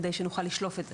כדי שנוכל לשלוף את זה.